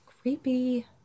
Creepy